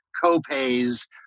co-pays